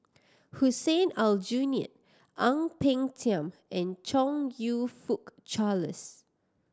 Hussein Aljunied Ang Peng Tiam and Chong You Fook Charles